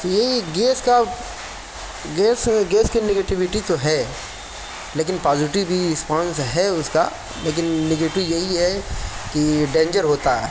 تو یہی گیس کا گیس گیس کے نگیٹوٹی تو ہے لیکن پازیٹو بھی رسپانس ہے اُس کا لیکن نگیٹو یہی ہے کہ ڈینجر ہوتا ہے